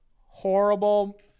horrible